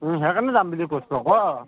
সেইকাৰণে যাম বুলি কৈছো আকৌ